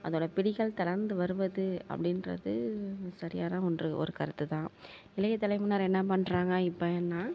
அதோடய பிடிகள் தளர்ந்து வருவது அப்படின்றது சரியான ஒன்று ஒரு கருத்துதான் இளைய தலைமுறையினர் என்ன பண்ணுறாங்க இப்போனா